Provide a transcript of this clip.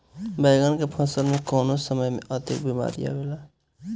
बैगन के फसल में कवने समय में अधिक बीमारी आवेला?